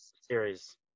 Series